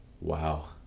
Wow